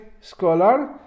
scholar